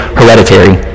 hereditary